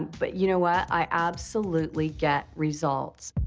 but you know what? i absolutely get results.